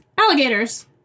alligators